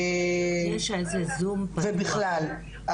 ובכלל.